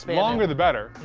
longer the better.